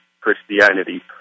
Christianity